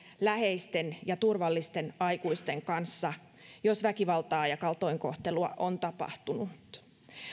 läheisten ja turvallisten aikuisten kanssa jos väkivaltaa ja kaltoinkohtelua on tapahtunut